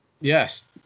Yes